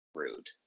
rude